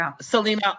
Selena